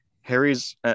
Harry's